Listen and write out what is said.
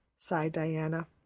sighed diana.